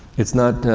it's not,